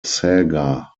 saga